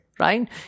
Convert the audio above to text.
Right